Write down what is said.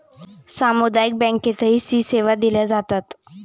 सामुदायिक बँकेतही सी सेवा दिल्या जातात